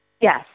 Yes